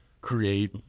create